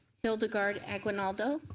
hildegarde aguinaldo.